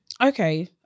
Okay